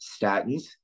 Statins